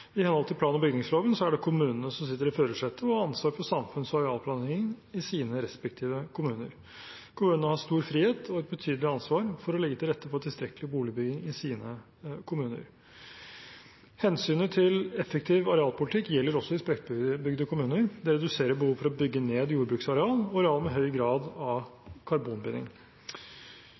I henhold til plan- og bygningsloven er det kommunene som sitter i førersetet og har ansvar for samfunns- og arealplanleggingen i sine respektive kommuner. Kommunene har stor frihet og et betydelig ansvar for å legge til rette for tilstrekkelig boligbygging i sine kommuner. Hensynet til effektiv arealpolitikk gjelder også i spredtbygde kommuner. Det reduserer behovet for å bygge ned jordbruksareal og areal med høy grad av karbonbinding.